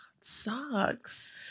sucks